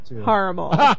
horrible